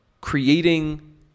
creating